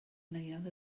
neuadd